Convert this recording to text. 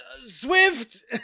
Swift